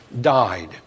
died